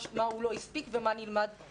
מה הוא לא הספיק ומה נלמד.